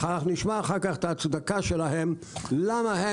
אנחנו נשמע אחר כך את ההצדקה שלהם למה הם